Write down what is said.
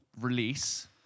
release